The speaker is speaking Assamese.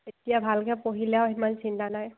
এতিয়া ভালকে পঢ়িলেও আৰু সিমান চিন্তা নাই